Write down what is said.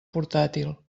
portàtil